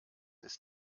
ist